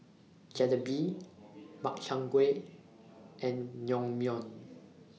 Jalebi Makchang Gui and Naengmyeon